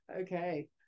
okay